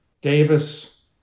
Davis